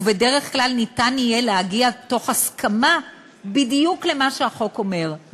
ובדרך כלל ניתן יהיה להגיע בהסכמה בדיוק למה שהחוק אומר.